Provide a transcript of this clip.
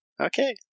okay